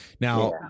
Now